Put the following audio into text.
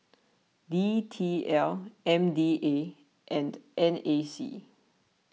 D T L M D A and N A C